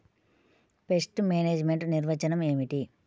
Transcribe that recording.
Pest management నిర్వచనం ఏమిటి?